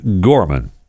gorman